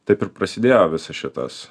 taip ir prasidėjo visas šitas